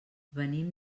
venim